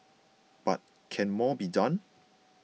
but can more be done